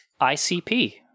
ICP